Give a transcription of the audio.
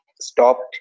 stopped